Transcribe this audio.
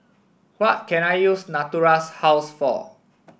what can I use Natura House for